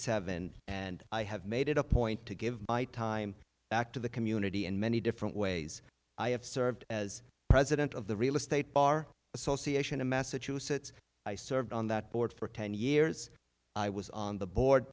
seven and i have made it a point to give my time back to the community in many different ways i have served as president of the realestate bar association of massachusetts i served on that board for ten years i was on the board